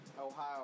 Ohio